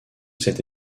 cette